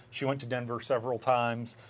she went to denver several times.